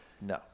No